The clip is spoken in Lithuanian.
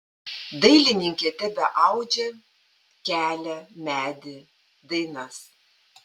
dailininkė tebeaudžia kelią medį dainas